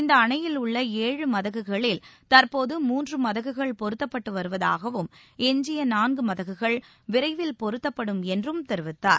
இந்த அணையில் உள்ள ஏழு மதகுகளில் தற்போது மூன்று மதகுகள் பொருத்தப்பட்டு வருவதாகவம் எஞ்சிய நான்கு மதகுகள் விரைவில் பொருத்தப்படும் என்றும் தெரிவித்தார்